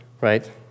right